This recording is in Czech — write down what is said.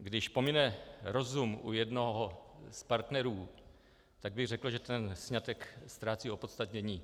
Když pomine rozum u jednoho z partnerů, tak bych řekl, že ten sňatek ztrácí opodstatnění.